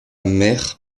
mère